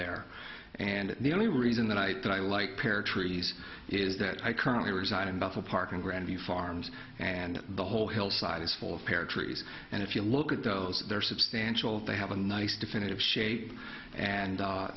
there and the only reason the night that i like pear trees is that i currently reside in bethel park in grandview farms and the whole hillside is full of pear trees and if you look at those they're substantial they have a nice definitive shape and